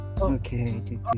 Okay